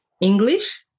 English